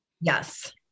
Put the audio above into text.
Yes